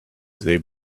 they